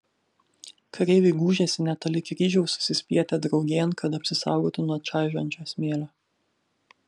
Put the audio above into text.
kareiviai gūžėsi netoli kryžiaus susispietė draugėn kad apsisaugotų nuo čaižančio smėlio